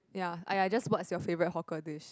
ya I I just said what's your favourite hawker dish